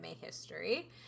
history